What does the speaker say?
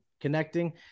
connecting